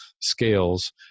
scales